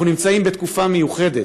אנחנו נמצאים בתקופה מיוחדת.